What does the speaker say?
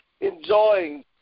Enjoying